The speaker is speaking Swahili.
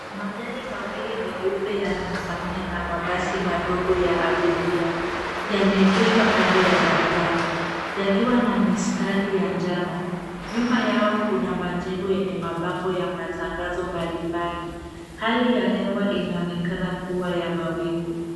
Magari mawili meupe yanayofanana na mabasi madogo ya abiria, yameegeshwa kando ya barabara yakiwa na mistari ya njano. Nyuma yao kuna majengo yenye mabango ya matangazo mbalimbali. Hali ya hewa inaonekana kuwa ya mawingu.